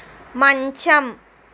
మంచం